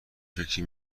فکری